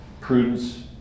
prudence